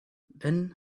then